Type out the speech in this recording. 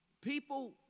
People